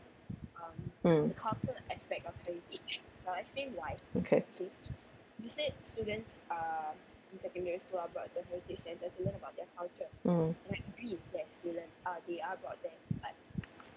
mm okay mm